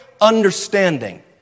understanding